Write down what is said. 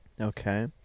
okay